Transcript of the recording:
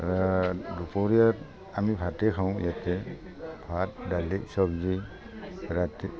দুপৰীয়া আমি ভাতে খাওঁ ইয়াতে ভাত দালি চবজি ৰাতি